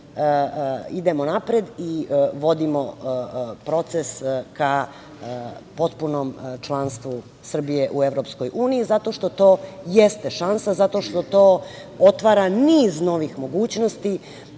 idemo napred i vodimo proces ka potpunom članstvu Srbije u EU, zato što to jeste šansa, zato što to otvara niz novih mogućnosti